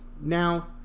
Now